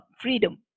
freedom